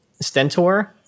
stentor